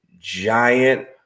Giant